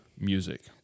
music